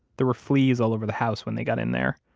there were fleas all over the house when they got in there.